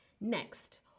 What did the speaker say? Next